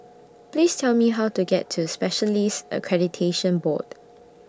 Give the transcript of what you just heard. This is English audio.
Please Tell Me How to get to Specialists Accreditation Board